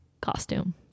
costume